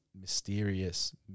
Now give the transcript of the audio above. mysterious